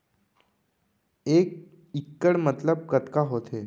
एक इक्कड़ मतलब कतका होथे?